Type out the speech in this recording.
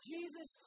Jesus